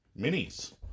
minis